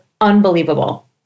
unbelievable